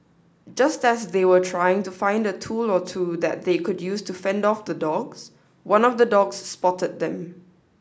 just as they were trying to find a tool or two that they could use to fend off the dogs one of the dogs spotted them